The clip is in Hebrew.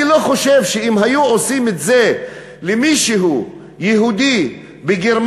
אני לא חושב שאם היו עושים את זה למישהו יהודי בגרמניה,